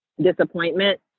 disappointment